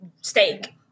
steak